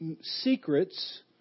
secrets